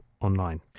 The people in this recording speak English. online